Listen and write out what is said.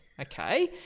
Okay